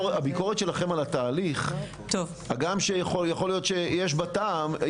הביקורת שלכם על התהליך הגם שיכול להיות שיש בה טעם,